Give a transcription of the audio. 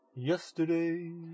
Yesterday